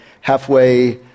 halfway